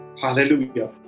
Hallelujah